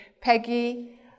Peggy